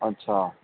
ਅੱਛਾ